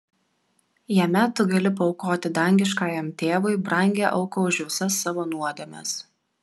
jame tu gali paaukoti dangiškajam tėvui brangią auką už visas savo nuodėmes